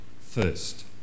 First